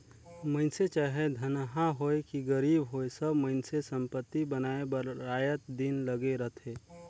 मइनसे चाहे धनहा होए कि गरीब होए सब मइनसे संपत्ति बनाए बर राएत दिन लगे रहथें